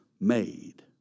made